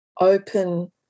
open